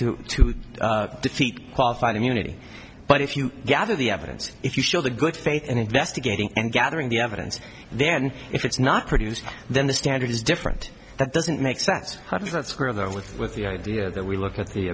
to defeat qualified immunity but if you gather the evidence if you show the good faith and investigating and gathering the evidence then if it's not produced then the standard is different that doesn't make sense how does that square though with with the idea that we look at the